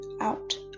out